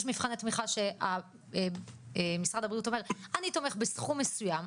יש מבחני תמיכה שמשרד הבריאות אומר 'אני תומך בסכום מסוים,